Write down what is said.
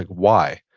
like why?